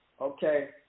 okay